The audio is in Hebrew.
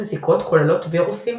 מזיקות כוללות וירוסים,